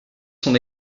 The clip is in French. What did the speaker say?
son